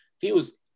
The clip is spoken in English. feels